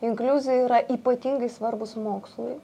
inkliuzai yra ypatingai svarbūs mokslui